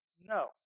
No